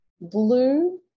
blue